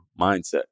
mindset